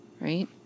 right